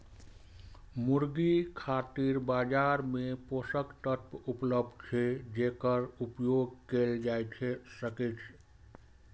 मुर्गी खातिर बाजार मे पोषक तत्व उपलब्ध छै, जेकर उपयोग कैल जा सकैए